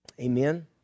Amen